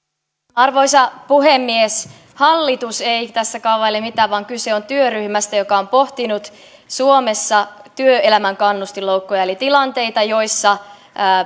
arvoisa puhemies hallitus ei tässä kaavaile mitään vaan kyse on työryhmästä joka on pohtinut suomessa työelämän kannustinloukkuja eli tilanteita joissa